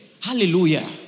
Hallelujah